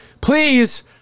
please